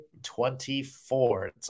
24